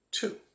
Two